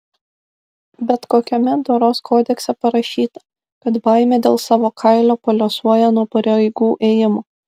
bet kokiame doros kodekse parašyta kad baimė dėl savo kailio paliuosuoja nuo pareigų ėjimo